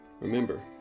remember